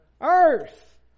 earth